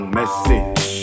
message